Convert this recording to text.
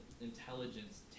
intelligence